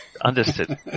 Understood